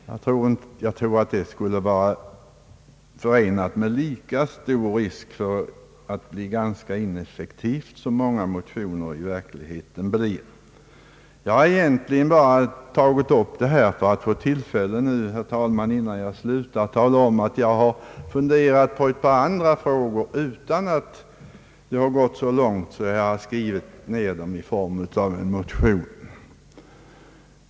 Jag tror att det skulle vara förenat med stor risk att bli lika ineffektiv som många motioner i verkligheten blir. Jag har egentligen tagit upp detta för att nu, herr talman, innan jag slutar få tala om att jag har funderat på ett par andra frågor, utan att det har gått så långt att jag har skrivit ner dem i form av en motion.